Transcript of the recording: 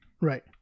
right